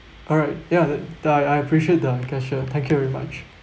alright ya th~ that I I appreciate the cashier thank you very much